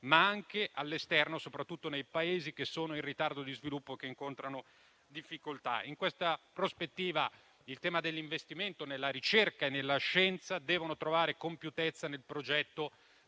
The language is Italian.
ma anche all'esterno, soprattutto nei Paesi che sono in ritardo di sviluppo e che incontrano difficoltà. In questa prospettiva, il tema dell'investimento nella ricerca e nella scienza deve trovare compiutezza nel progetto